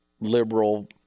liberal